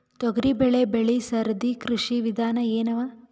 ತೊಗರಿಬೇಳೆ ಬೆಳಿ ಸರದಿ ಕೃಷಿ ವಿಧಾನ ಎನವ?